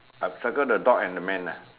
ah circle the dog and the man ah